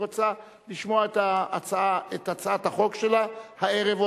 רוצה לשמוע את הצעת החוק שלה עוד הערב,